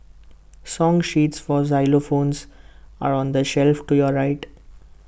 song sheets for xylophones are on the shelf to your right